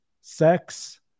sex